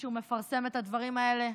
מישהו מפרסם את הדברים האלה?